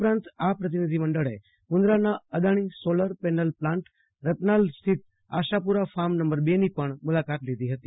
ઉપરાંત પ્રતિનિધિ મંડળે મુન્દાના Adani solar panel plant Ratnal સ્થિત આશાપુરા ફાર્મ નંબર બે ની પણ મુલાકાત લીધી હતી